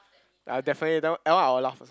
ah definitely that one I one I will laugh also